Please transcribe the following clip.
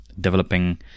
developing